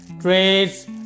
trades